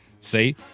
See